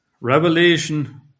Revelation